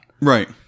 Right